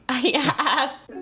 Yes